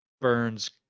burns